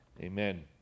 amen